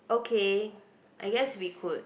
okay I guess we could